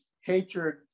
hatred